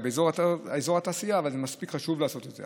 זה באזור התעשייה, אבל זה מספיק חשוב לעשות את זה.